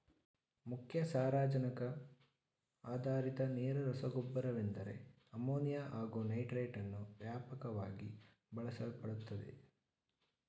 ಮುಖ್ಯ ಸಾರಜನಕ ಆಧಾರಿತ ನೇರ ರಸಗೊಬ್ಬರವೆಂದರೆ ಅಮೋನಿಯಾ ಹಾಗು ನೈಟ್ರೇಟನ್ನು ವ್ಯಾಪಕವಾಗಿ ಬಳಸಲ್ಪಡುತ್ತದೆ